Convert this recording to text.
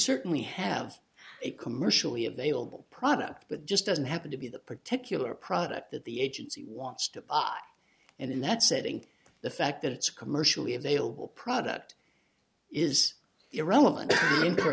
certainly have a commercially available product but just doesn't happen to be the particular product that the agency wants to pot and in that setting the fact that it's commercially available product is irrelevant in